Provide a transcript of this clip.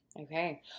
Okay